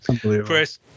chris